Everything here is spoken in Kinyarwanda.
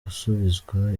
gusubizwa